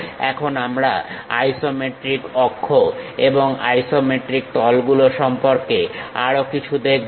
এখন আমরা আইসোমেট্রিক অক্ষ এবং আইসোমেট্রিক তলগুলো সম্পর্কে আরো কিছু দেখব